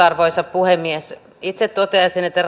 arvoisa puhemies itse toteaisin että